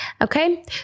Okay